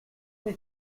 les